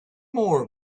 more